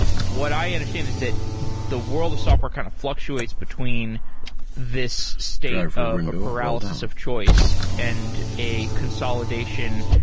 what i understand is that the world of software kind of fluctuates between this state of a paralysis of choice and a consolidation,